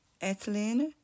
ethylene